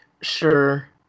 Sure